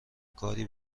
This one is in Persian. کاری